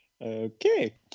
Okay